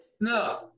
No